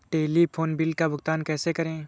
Telephone bill का भुगतान कैसे करें?